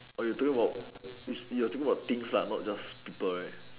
!oi! you talking about you taking about things lah not just people right